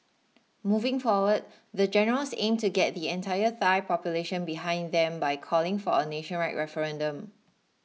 moving forward the generals aim to get the entire Thai population behind them by calling for a nationwide referendum